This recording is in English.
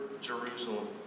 Jerusalem